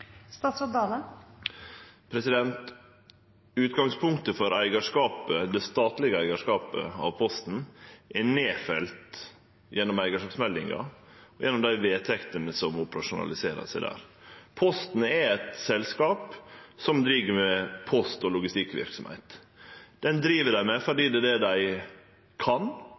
Utgangspunktet for det statlege eigarskapet av Posten er nedfelt gjennom eigarskapsmeldinga, gjennom dei vedtektene som operasjonaliserer seg der. Posten er eit selskap som driv med post- og logistikkverksemd. Det driv dei med fordi det er det dei kan,